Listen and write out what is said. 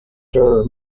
her